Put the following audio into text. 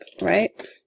right